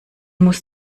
muss